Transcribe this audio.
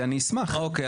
זה "מסוימים" כן,